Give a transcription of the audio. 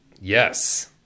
Yes